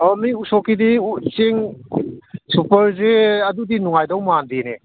ꯑꯥ ꯃꯤ ꯎꯁꯣꯞꯀꯤꯗꯤ ꯆꯦꯡ ꯁꯨꯄꯔꯁꯦ ꯑꯗꯨꯗꯤ ꯅꯨꯡꯉꯥꯏꯒꯗꯧꯕ ꯃꯥꯟꯗꯦꯅꯦ